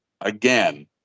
again